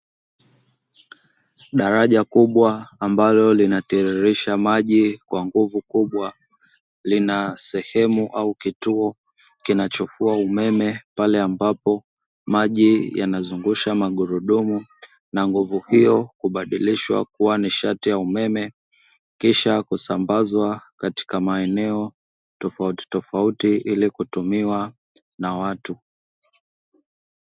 Daraja kubwa ambalo linatiririsha maji kwa nguvu kubwa, lina sehemu au kituo kinachofua umeme pale ambapo maji yanazungusha magurudumu na nguvu hiyo hubadilishwa kuwa nishati ya umeme, kisha kusambazwa katika maeneo tofautitofauti ili kutumiwa na watu.